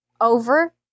over